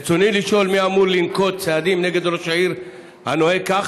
רצוני לשאול: מי אמור לנקוט צעדים נגד ראש עיר הנוהג כך?